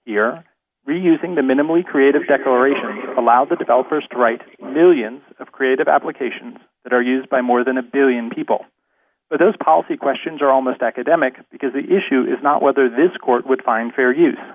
reusing the minimally creative declaration allows the developers to write millions of creative applications that are used by more than a one billion people but those policy questions are almost academic because the issue is not whether this court would find fair use